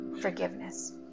forgiveness